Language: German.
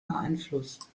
beeinflusst